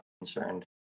concerned